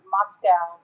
Moscow